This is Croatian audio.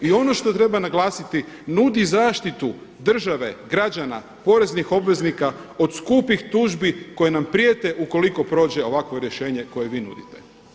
I ono što treba naglasiti nudi zaštitu države, građana, poreznih obveznika od skupih tužbi koje nam prijete ukoliko prođe ovakvo rješenje koje vi nudite.